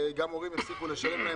וגם הפסיקו לשלם למורים.